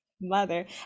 mother